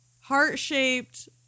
heart-shaped